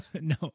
No